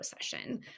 session